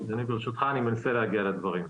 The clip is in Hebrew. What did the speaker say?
אדוני, ברשותך, אני מנסה להגיע לדברים.